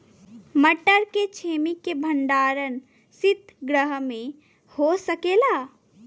मटर के छेमी के भंडारन सितगृह में हो सकेला?